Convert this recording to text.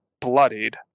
bloodied